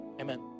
Amen